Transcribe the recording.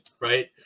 right